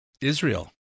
Israel